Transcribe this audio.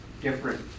different